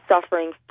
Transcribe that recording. suffering